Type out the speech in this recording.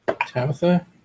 Tabitha